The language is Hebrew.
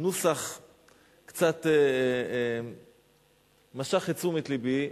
הנוסח קצת משך את תשומת לבי.